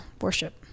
worship